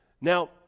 Now